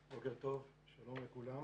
(הצגת מצגת) בוקר טוב, שלום לכולם.